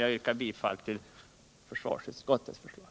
Jag yrkar bifall till försvarsutskottets hemställan.